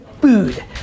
food